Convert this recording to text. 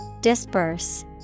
Disperse